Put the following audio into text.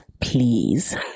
please